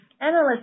analysts